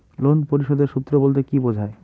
Loan পরিশোধের সূএ বলতে কি বোঝায়?